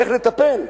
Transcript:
איך לטפל.